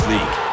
League